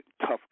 tough